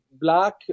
black